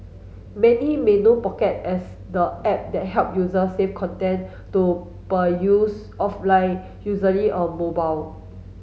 many may know Pocket as the app that help users save content to peruse offline usually on mobile